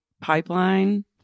pipeline